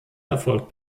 erfolg